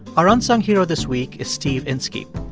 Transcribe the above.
our unsung hero this week is steve inskeep.